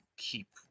Keep